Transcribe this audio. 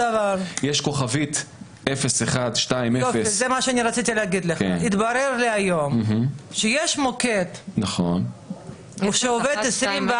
יש כוכבית 0120. יוליה מלינובסקי (יו"ר ועדת מיזמי